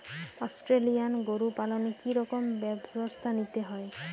Australian গরু পালনে কি রকম ব্যবস্থা নিতে হয়?